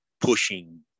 pushing